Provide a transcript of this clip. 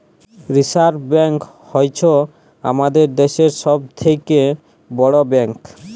reserve bank হ্য়চ্ছ হামাদের দ্যাশের সব থেক্যে বড় ব্যাঙ্ক